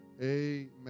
Amen